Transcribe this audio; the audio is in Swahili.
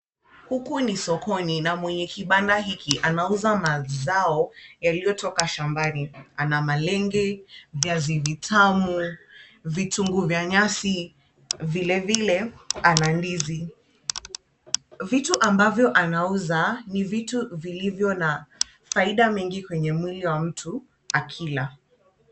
Huku ni sokoni na mwenye kibanda hiki anauza mazao yaliyo toka shambani. Ana malenge, viazi vitamu, vitunguu vya nyasi, vilevile ana ndizi. Vitu ambavyo anauza ni vitu vilivyo na faida mingi kwenye mwili wa mtu akila.